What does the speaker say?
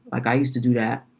like i used to do that,